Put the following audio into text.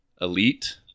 elite